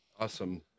Awesome